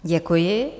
Děkuji.